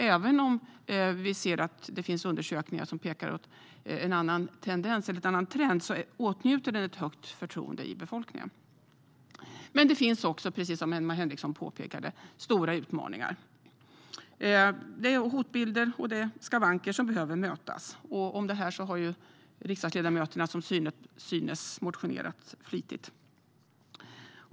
Även om det finns undersökningar som pekar på en annan trend åtnjuter den också ett högt förtroende hos befolkningen. Som Emma Henriksson påpekade finns det dock stora utmaningar. Det finns hotbilder som behöver mötas och skavanker som behöver åtgärdas. Om detta har riksdagsledamöterna som synes motionerat flitigt.